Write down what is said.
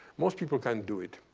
most people can't do it.